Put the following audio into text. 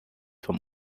vom